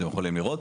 אתם יכולים לראות.